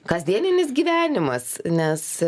kasdieninis gyvenimas nes